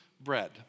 bread